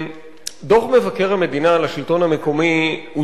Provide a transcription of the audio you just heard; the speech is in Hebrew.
דוח מבקר המדינה על השלטון המקומי לשנת 2010,